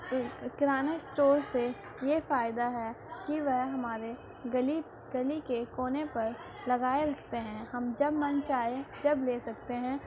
ایک کریانہ اسٹور سے یہ فائدہ ہے کہ وہ ہمارے گلی گلی کے کونے پر لگائے رکھتے ہیں ہم جب من چاہے جب لے سکتے ہیں